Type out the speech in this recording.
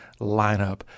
lineup